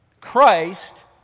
Christ